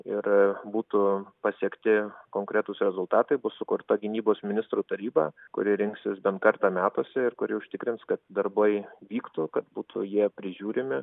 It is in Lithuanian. ir būtų pasiekti konkretūs rezultatai bus sukurta gynybos ministrų taryba kuri rinksis bent kartą metuose ir kuri užtikrins kad darbai vyktų kad būtų jie prižiūrimi